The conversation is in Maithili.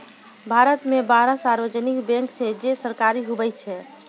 भारत मे बारह सार्वजानिक बैंक छै जे सरकारी हुवै छै